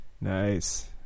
Nice